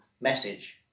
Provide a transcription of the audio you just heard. message